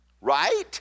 Right